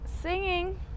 singing